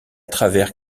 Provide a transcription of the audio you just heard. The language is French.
travers